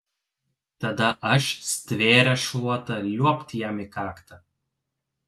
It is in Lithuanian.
tada aš stvėręs šluotą liuobt jam į kaktą